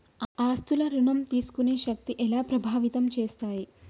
ఆస్తుల ఋణం తీసుకునే శక్తి ఎలా ప్రభావితం చేస్తాయి?